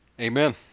Amen